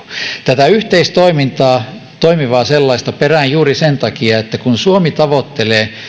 tätä yhteistoimintaa toimivaa sellaista perään juuri sen takia että kun suomi tavoittelee